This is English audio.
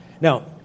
Now